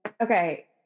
Okay